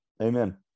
amen